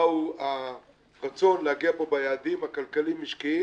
מה הוא הרצון להגיע ליעדים הכלכליים-משקיים